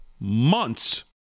months